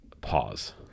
Pause